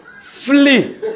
Flee